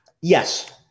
Yes